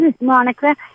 Monica